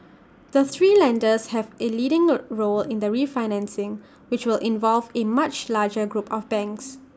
the three lenders have A leading role in the refinancing which will involve A much larger group of banks